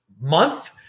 month